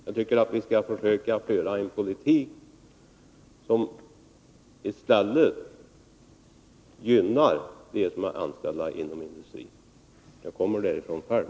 Jag anser att vi skall försöka föra en politik som i stället gynnar dem som är anställda inom industrin. Jag kommer därifrån själv.